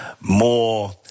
more